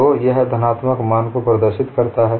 तो यह धनात्मक मान को प्रदर्शित करता है